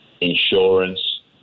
insurance